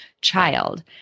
child